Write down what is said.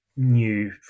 new